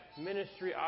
ministry